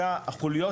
תעשייתי,